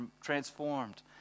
transformed